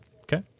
okay